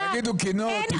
תגידו קינות, תבכו.